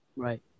Right